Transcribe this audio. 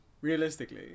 Realistically